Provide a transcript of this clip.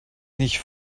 nicht